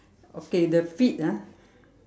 okay the feet ah